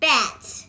Bats